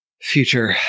future